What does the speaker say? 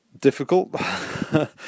difficult